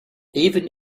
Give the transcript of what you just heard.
even